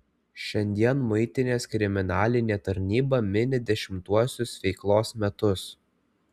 šiandien muitinės kriminalinė tarnyba mini dešimtuosius veiklos metus